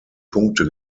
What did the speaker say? punkte